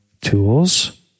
tools